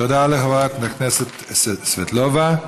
תודה לחברת הכנסת סבטלובה.